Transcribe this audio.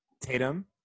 Tatum